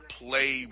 play